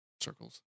circles